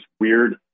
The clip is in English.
weird